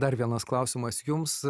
dar vienas klausimas jums